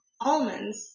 almonds